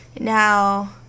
Now